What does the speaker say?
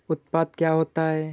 उत्पाद क्या होता है?